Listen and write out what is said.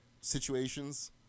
situations